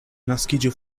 naskiĝu